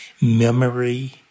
memory